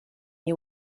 you